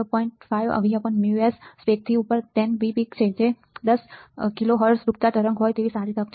5 Vus સ્પેકથી ઉપર 10 Vpcak 10 KHz ડૂબતા તરંગ હોય તેવી સારી તક છે